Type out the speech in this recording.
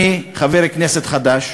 אני חבר כנסת חדש,